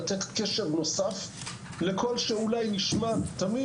לתת קשב נוסף לקול שאולי נשמע תמיד,